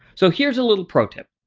so here's a little pro tip.